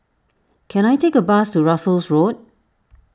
can I take a bus to Russels Road